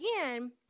again